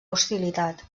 hostilitat